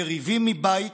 יריבים מבית